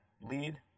lead